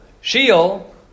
Sheol